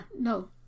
no